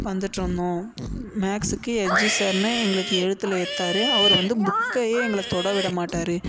வந்துட்டுருந்தோம் மேக்ஸுக்கு எட்ஜி சார்னு எங்களுக்கு எய்த்துல எடுத்தாரு அவர் வந்து புக்கையே எங்களை தொட விட மாட்டார்